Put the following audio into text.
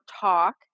talk